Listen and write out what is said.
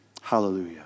Hallelujah